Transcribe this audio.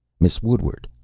miss woodward!